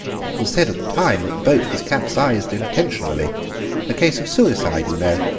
people said at the time that the boat was capsized intentionally a case of suicide, you know.